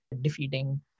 defeating